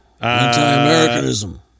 anti-Americanism